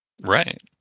Right